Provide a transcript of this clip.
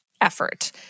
effort